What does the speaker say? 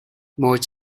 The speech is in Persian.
موج